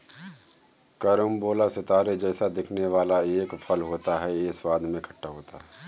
carambola सितारे जैसा दिखने वाला एक फल होता है यह स्वाद में खट्टा होता है